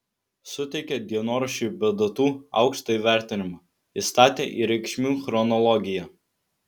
suteikė dienoraščiui be datų aukštą įvertinimą įstatė į reikšmių chronologiją